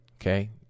okay